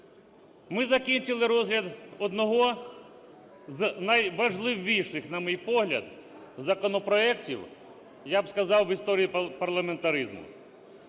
Ми закінчили розгляд одного з найважливіших, на мій погляд, законопроектів, я б сказав, в історії парламентаризму.